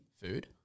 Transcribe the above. food